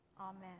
Amen